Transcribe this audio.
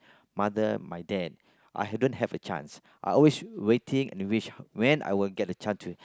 mother my dad I have don't have a chance I always waiting and wish when I will get the chance to